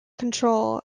control